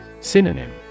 Synonym